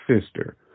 sister